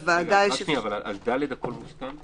לוועדה יש אפשרות --- ב-(ד) הכול מוסכם?